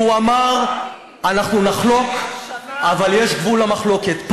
והוא אמר: אנחנו נחלוק, אבל יש גבול למחלוקת.